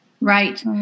Right